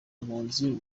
impunzi